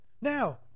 Now